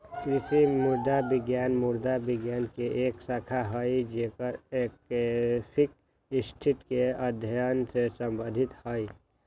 कृषि मृदा विज्ञान मृदा विज्ञान के एक शाखा हई जो एडैफिक स्थिति के अध्ययन से संबंधित हई